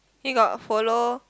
you got follow